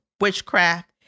witchcraft